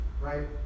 right